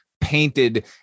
painted